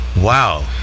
Wow